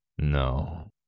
No